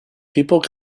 people